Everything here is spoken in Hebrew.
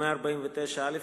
149(א),